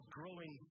growing